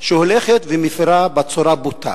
שהולכת ומפירה בצורה בוטה